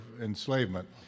enslavement